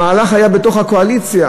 המהלך היה בתוך הקואליציה.